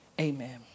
Amen